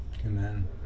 Amen